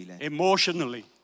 Emotionally